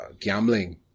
gambling